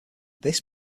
this